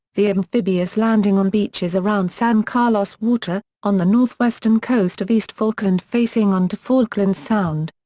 the amphibious landing on beaches around san carlos water, on the northwestern coast of east falkland facing onto falkland sound.